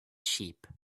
sheep